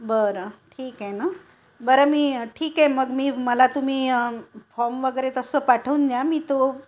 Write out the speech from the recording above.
बरं ठीक आहे ना बरं मी ठीक आहे मग मी मला तुम्ही फॉम वगैरे तसं पाठवून द्या मी तो